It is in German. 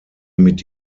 mit